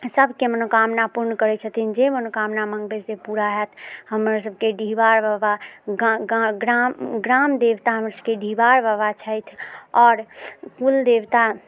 सभके मनोकामना पूर्ण करैत छथिन जे मनोकामना मङ्गबै से पूरा होयत हमर सभके डीहवार बाबा ग्राम ग्राम देवता हमरसभके डीहवार बाबा छथि आओर कुल देवता